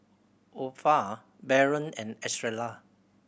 Opha Baron and Estrella